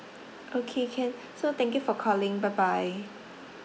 okay can so thank you for calling bye bye